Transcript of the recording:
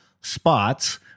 spots